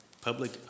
public